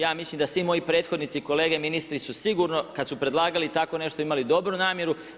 Ja mislim da svi moji prethodnici, kolege ministri su sigurno kad su predlagali tako nešto imali dobru namjeru.